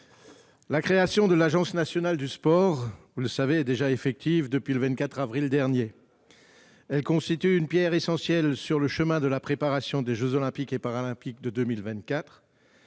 la création de l'Agence nationale du sport est déjà effective depuis le 24 avril dernier. Cette entité constitue une pierre essentielle sur le chemin de la préparation des jeux Olympiques et Paralympiques de 2024.